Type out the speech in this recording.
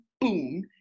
boom